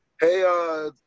Hey